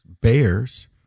Bears